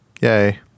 yay